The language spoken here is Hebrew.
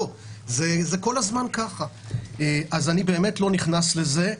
זה כל הזמן ככה ואני לא נכנס לזה.